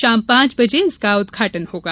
शाम पांच बजे इसका उदघाटन होगा